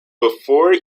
before